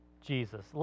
Jesus